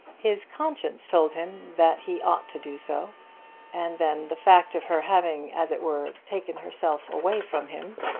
his conscience told him that he ought to do so and then the fact of her having, as it were, taken herself away from him,